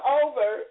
over